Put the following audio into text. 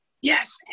Yes